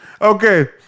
Okay